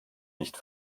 nicht